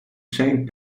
saint